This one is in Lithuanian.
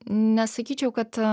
nesakyčiau kad